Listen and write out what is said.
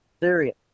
serious